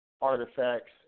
Artifacts